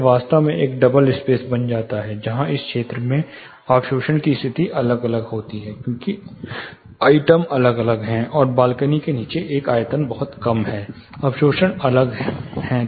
यह वास्तव में एक डबल स्पेस बन जाता है जहां इस क्षेत्र में अवशोषण की स्थिति अलग अलग होती है क्योंकि आइटम अलग है और बालकनी के नीचे एक आयतन बहुत कम है अवशोषण अलग हैं